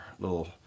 little